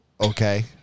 Okay